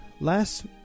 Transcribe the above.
last